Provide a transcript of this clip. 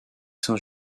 saint